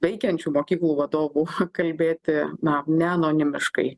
veikiančių mokyklų vadovų kalbėti na neanonimiškai